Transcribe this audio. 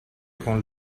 con